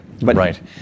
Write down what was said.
Right